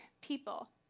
people